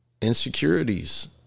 insecurities